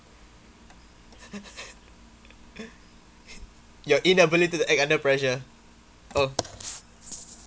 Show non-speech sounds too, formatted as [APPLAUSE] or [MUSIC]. [LAUGHS] your inability to act under pressure oh